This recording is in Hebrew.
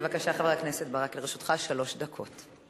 בבקשה, חבר הכנסת ברכה, לרשותך שלוש דקות.